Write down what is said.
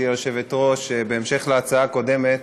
התשע"ו 2016,